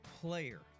player